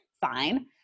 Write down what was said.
fine